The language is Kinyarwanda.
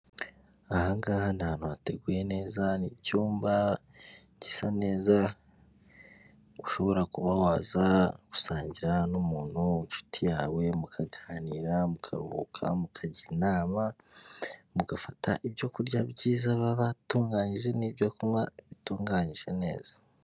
Aha ngaha ni ahantu hateguye neza, ni icyumba gisa neza, ushobora kuba waza gusangira n'umuntu w'inshuti yawe mukaganira, mukaruhuka, mukajya inama, mugafata ibyo kurya byiza baba batunganyije n'ibyo kunywa bitunganyije neza.